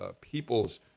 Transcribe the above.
people's